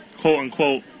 quote-unquote